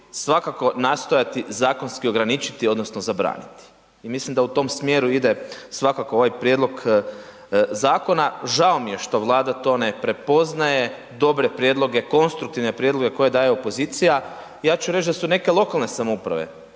svakako nastojati zakonski ograničiti odnosno zabraniti i mislim da u tom smjeru ide svakako ovaj prijedlog zakona. Žao mi je što Vlada to ne prepoznaje dobre prijedloge, konstruktivne prijedloge koje daje opozicija, ja ću reći da su neke lokalne samouprave